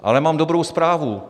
Ale mám dobrou zprávu.